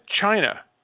China